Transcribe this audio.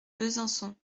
besançon